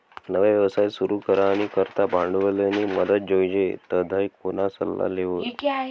नवा व्यवसाय सुरू करानी करता भांडवलनी मदत जोइजे तधय कोणा सल्ला लेवो